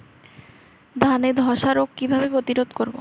ধানে ধ্বসা রোগ কিভাবে প্রতিরোধ করব?